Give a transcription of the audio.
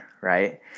right